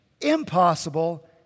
impossible